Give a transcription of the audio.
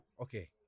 Okay